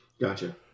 gotcha